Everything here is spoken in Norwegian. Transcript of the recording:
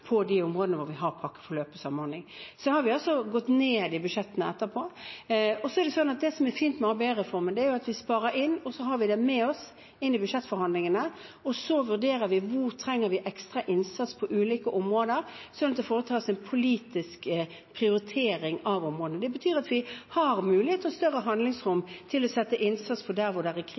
på de områdene der vi har pakkeforløp og samhandling. Så har vi gått ned i budsjettene etterpå. Det som er fint med ABE-reformen, er at vi sparer inn. Vi har det med oss inn i budsjettforhandlingene, og så vurderer vi hvor vi trenger ekstra innsats på ulike områder, sånn at det foretas en politisk prioritering av områdene. Det betyr at vi har mulighet og større handlingsrom til å sette inn innsats der det er